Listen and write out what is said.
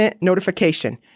notification